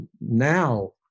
now